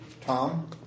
Tom